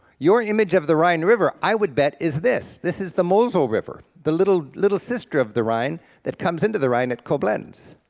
your image of the rhine river, i would bet, is this. this is the mosel river, the little little sister of the rhine that comes into the rhine at koblenz,